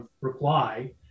reply